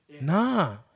Nah